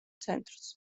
ცენტრს